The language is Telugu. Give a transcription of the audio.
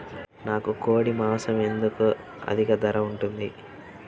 నాకు కోడి మాసం ఎందుకు అధిక ధర ఉంటుంది?